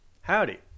howdy